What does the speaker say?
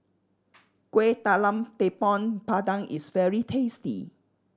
Kueh Talam Tepong Pandan is very tasty